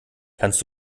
kannst